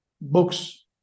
books